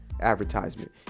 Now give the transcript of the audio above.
advertisement